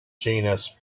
genus